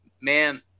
man